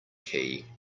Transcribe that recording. key